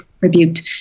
rebuked